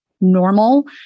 normal